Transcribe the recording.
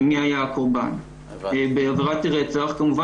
אני מודה